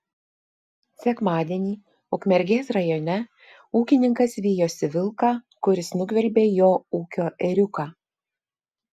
sekmadienį ukmergės rajone ūkininkas vijosi vilką kuris nugvelbė jo ūkio ėriuką